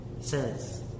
says